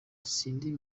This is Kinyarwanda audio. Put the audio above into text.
sindi